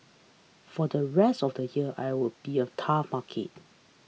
for the rest of the year I will be a tough market